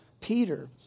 Peter